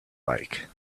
like